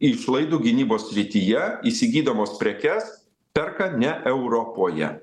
išlaidų gynybos srityje įsigydamos prekes perka ne europoje